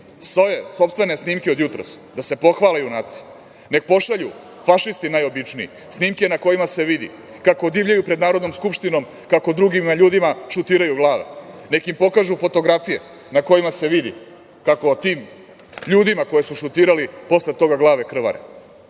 svoje sopstvene snimke od jutros, da se pohvale junaci. Nek pošalju, fašisti najobičniji, snimke na kojima se vidi kako divljaju pred Narodnom skupštinom, kako drugim ljudima šutiraju glave. Neka im pokažu fotografije na kojima se vidi kako tim ljudima koje su šutirali posle toga glave krvare,